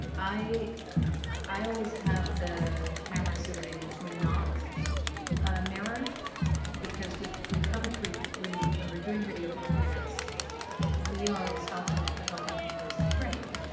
i i always have the cameras so that it is not a mirror because with with puppetry, when we're when we're doing video puppetry, we are responsible for helping compose the frame.